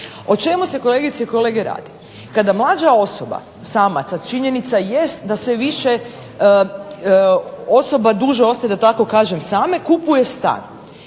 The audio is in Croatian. O čemu se kolegice i kolege radi? Kada mlada osoba samac, a činjenica jest da se više osoba duže ostaju same kupuje stan,